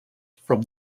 from